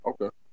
Okay